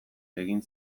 egin